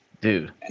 dude